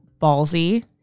ballsy